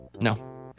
No